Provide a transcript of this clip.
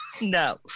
No